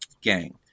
gang